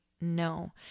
no